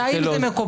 האם זה מקובל?